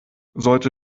sollte